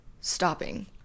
stopping